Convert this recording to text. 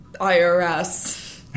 IRS